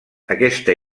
aquesta